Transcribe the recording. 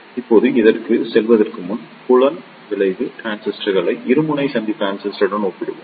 இப்போது இதற்குச் செல்வதற்கு முன் புலம் விளைவு டிரான்சிஸ்டர்களை இருமுனை சந்தி டிரான்சிஸ்டருடன் ஒப்பிடுவோம்